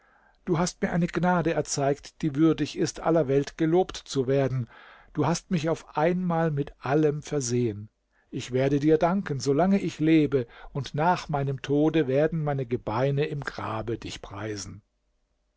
du hast mir eine gnade erzeigt die würdig ist aller welt gelobt zu werden du hast mich auf einmal mit allem versehen ich werde dir danken so lange ich lebe und nach meinem tode werden meine gebeine im grabe dich preisen